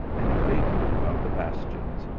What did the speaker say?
and vapoured about the bastions,